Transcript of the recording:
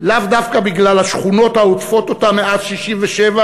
לאו דווקא בגלל השכונות העוטפות אותה מאז 1967,